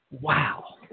Wow